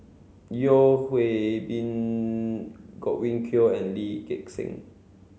Yeo Hwee Bin Godwin Koay and Lee Gek Seng